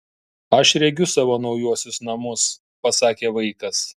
aš regiu savo naujuosius namus pasakė vaikas